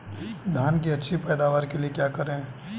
धान की अच्छी पैदावार के लिए क्या करें?